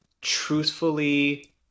Truthfully